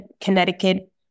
Connecticut